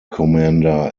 commander